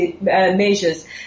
measures